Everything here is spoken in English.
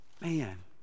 Man